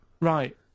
Right